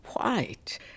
White